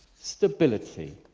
stability.